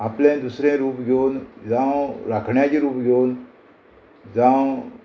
आपलें दुसरें रूप घेवन जावं राखण्याचे रूप घेवन जावं